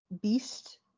Beast